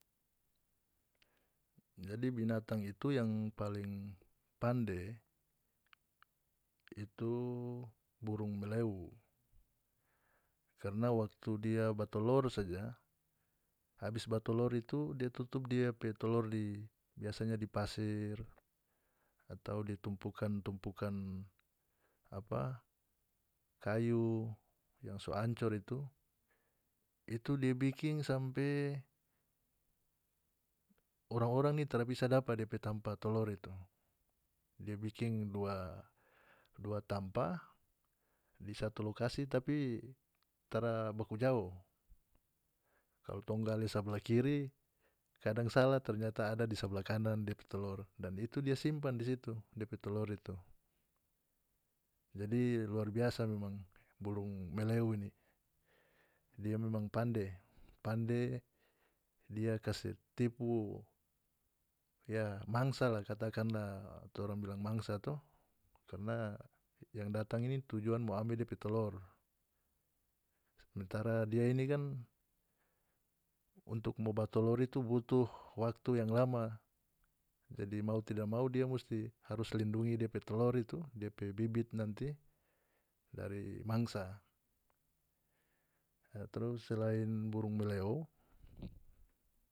Jadi bintang itu yang paling pande itu burung meleu karna waktu dia ba tolor saja habis ba tolor itu dia tutup dia pe tolor di biasanya di pasir atau di tumpukan-tumpukan pa kayu yang so ancor itu itu dia bikin sampe orang-orang ni tara bisa dapa depe tampa tolor itu dia bikin dua dua tampa di satu lokasi tapi tara baku jao kalu tong gale sabla kiri kadang salah ternyata ada di sabla kanan depe tolor dan itu dia simpan di situ depe tolor itu jadi luar biasa memang burung meleu ini dia memang pande pande dia kase tipu ya mangsa la katakanlah torang bilang mangsa to karna yang datang ini tujuan mo ambe depe tolor sementara dia ini kan untuk mo ba tolor itu butuh waktu yang lama jadi mau tidak mau dia musti harus lindungi dia pe tolor itu dia pe bibit nanti dari mangsa a trus selain burung meleu.